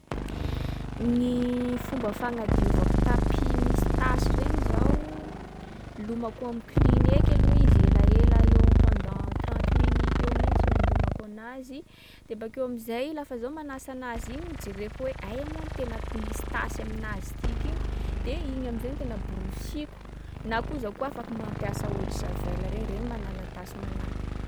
Gny fomba fagnadiovako tapis misy tasy regny zao, lomako am'klin eky aloha izy elaela eo pendant trente minutes eo mihitsiny andomako anazy. De bakeo am’zay lafa zaho manasa anazy igny, jereko hoe aia moa ny tena misy tasy aminazy tiky igny? De iny am’zay tena borosiako. Na koa zaho koa afaky mampiasa eau de javel regny, regny manala tasy malaky.